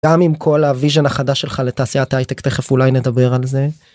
גם עם כל הוויז'ן החדש שלך לתעשיית ההייטק תכף אולי נדבר על זה.